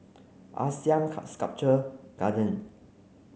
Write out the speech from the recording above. ASEAN Sculpture Garden